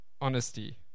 Honesty